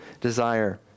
desire